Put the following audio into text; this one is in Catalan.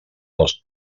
dels